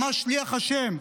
ממש שליח השם?